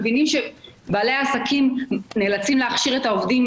מבינים שבעלי העסקים נאלצים להכשיר את העובדים